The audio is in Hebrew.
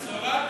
בשורה?